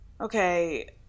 Okay